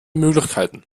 möglichkeiten